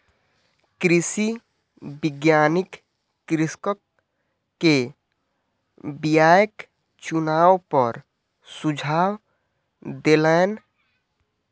कृषि वैज्ञानिक कृषक के बीयाक चुनाव पर सुझाव देलैन